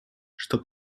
что